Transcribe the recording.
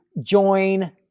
join